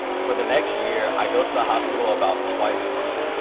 for the next year, i go to the hospital about twice a month.